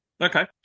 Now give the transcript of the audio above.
Okay